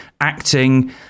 acting